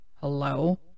Hello